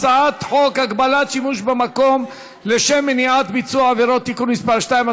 הצעת חוק הגבלת שימוש במקום לשם מניעת ביצוע עבירות (תיקון מס' 2),